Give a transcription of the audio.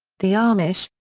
the amish,